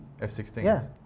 F-16